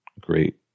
great